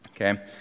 okay